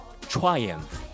Triumph